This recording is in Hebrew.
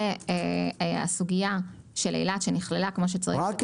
זה הסוגיה של אילת שנכללה כמו שצריך בתוך הרפורמה.